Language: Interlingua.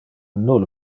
nulle